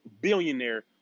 billionaire